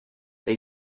they